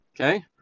okay